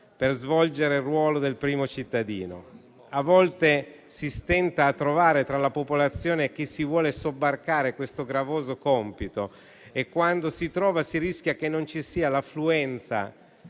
per svolgere il ruolo del primo cittadino. A volte, si stenta a trovare tra la popolazione chi si vuole sobbarcare a questo gravoso compito e, quando si trova, si rischia che non ci sia l'affluenza